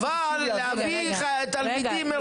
אבל אתה לא יודע להביא מראש תלמידים.